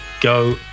Go